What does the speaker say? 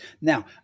Now